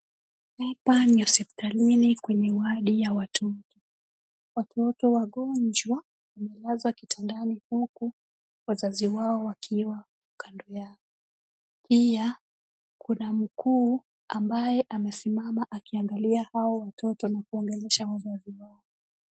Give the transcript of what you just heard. Hapa ni hospitalini kwenye wadi ya watoto. Watoto wagonjwa wamelazwa kitandani huku wazazi wao wakiwa kando yao. Pia kuna mkuu ambaye amesimama akiangalia hao watoto na kuwaongelesha wazazi wao.